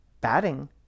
batting